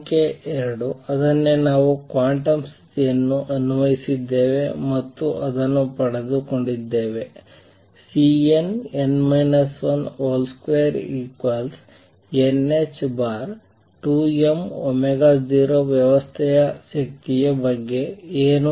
ಸಂಖ್ಯೆ 2 ಅದನ್ನೇ ನಾವು ಕ್ವಾಂಟಮ್ ಸ್ಥಿತಿಯನ್ನು ಅನ್ವಯಿಸಿದ್ದೇವೆ ಮತ್ತು ಅದನ್ನು ಪಡೆದುಕೊಂಡಿದ್ದೇವೆ |Cnn 1 |2nh2m0 ವ್ಯವಸ್ಥೆಯ ಶಕ್ತಿಯ ಬಗ್ಗೆ ಏನು